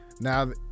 Now